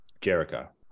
Jericho